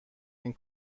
این